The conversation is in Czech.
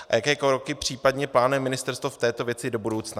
A jaké kroky případně plánuje ministerstvo v této věci do budoucna?